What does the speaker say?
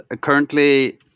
currently